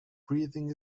breathing